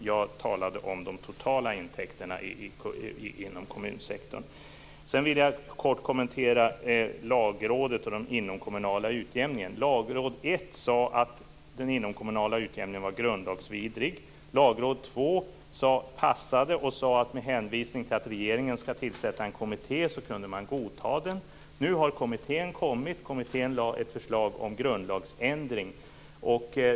Jag talade om de totala intäkterna inom kommunsektorn. Sedan vill jag kort kommentera Lagrådet och den inomkommunala utjämningen. Lagråd 1 sade att den inomkommunala utjämningen var grundlagsvidrig. Lagråd 2 passade och sade att man med hänvisning till att regeringen skall tillsätta en kommitté kunde godta den. Nu har kommittén kommit, och den har lagt fram ett förslag om grundlagsändring.